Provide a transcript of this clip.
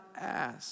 ask